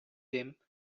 them